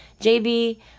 JB